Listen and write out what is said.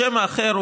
השם האחר,